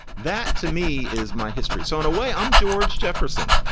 that, to me is my history. so in a way, i'm george jefferson.